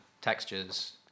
textures